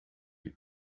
you